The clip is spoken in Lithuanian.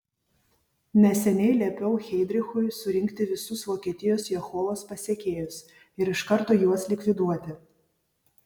neseniai liepiau heidrichui surinkti visus vokietijos jehovos pasekėjus ir iš karto juos likviduoti